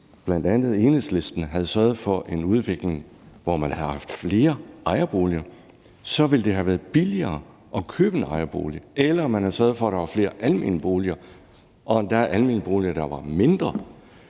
havde sørget for en udvikling, hvor man havde haft flere ejerboliger, så ville det have været billigere at købe en ejerbolig, eller man kunne have sørget for, at der var flere almene boliger og endda almene boliger, der var mindre.